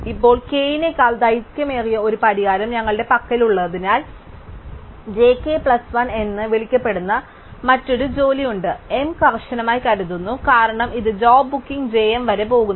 ഇപ്പോൾ k നേക്കാൾ ദൈർഘ്യമേറിയ ഒരു പരിഹാരം ഞങ്ങളുടെ പക്കലുള്ളതിനാൽ j k പ്ലസ് 1 എന്ന് വിളിക്കപ്പെടുന്ന മറ്റൊരു ജോലി ഉണ്ട് m കർശനമായി കരുതുന്നു കാരണം ഇത് ജോബ് ബുക്കിംഗ് j m വരെ പോകുന്നു